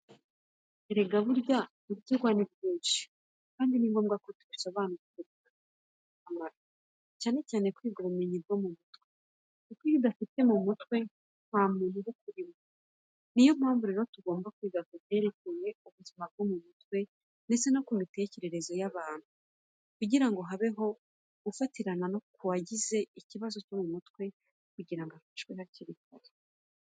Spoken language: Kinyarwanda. Erega burya ibyigwa ni byinshi kandi ni ngombwa ko tubisobanukirwa bikatugirira akamaro, cyane cyane kwiga ubumenyi bwo mu mutwe, kuko iyo udafite mu mutwe nta muntu uba ukurimo. Niyo mpamvu rero tugomba kwiga kubyerekeye ubuzima bwo mu mutwe ndetse n'imitekerereza y'abantu kugira ngo habeho gufatirana kuwagize ikibazo cyo mu mutwe kugira ngo afashwe hakiri kare.